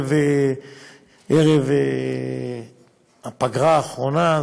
ערב הפגרה האחרונה,